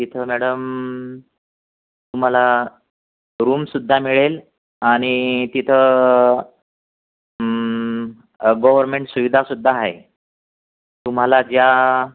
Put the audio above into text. इथं मॅडम तुम्हाला रूमसुद्धा मिळेल आणि तिथं गोवरमेन्ट सुविधासुद्धा आहे तुम्हाला ज्या